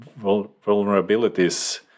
vulnerabilities